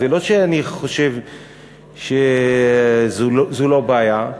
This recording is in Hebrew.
זה לא שאני חושב שזו לא בעיה.